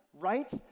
Right